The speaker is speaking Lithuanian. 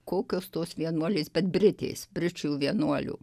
kokios tos vienuolės bet britės bričių vienuolių